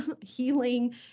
healing